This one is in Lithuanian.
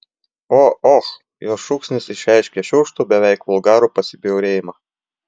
o och jos šūksnis išreiškė šiurkštų beveik vulgarų pasibjaurėjimą